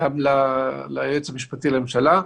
גם ליועץ המשפטי לממשלה.